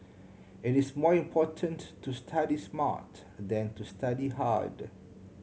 it is more important to study smart than to study hard